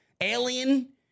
Alien